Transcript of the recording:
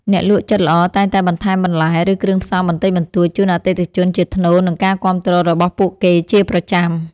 អ្នកលក់ចិត្តល្អតែងតែបន្ថែមបន្លែ ឬគ្រឿងផ្សំបន្តិចបន្តួចជូនអតិថិជនជាថ្នូរនឹងការគាំទ្ររបស់ពួកគេជាប្រចាំ។